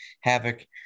Havoc